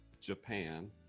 Japan